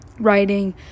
writing